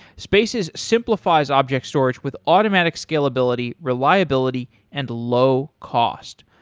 spaces simplifies object storage with automatic scalability, reliability and low cost,